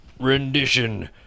rendition